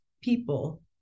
people